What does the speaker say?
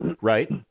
right